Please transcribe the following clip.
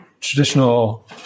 traditional